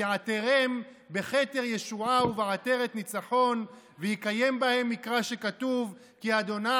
"ויעטרם בכתר ישועה ובעטרת ניצחון ויקים בהם הכתוב: 'כי ה'